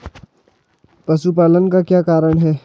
पशुपालन का क्या कारण है?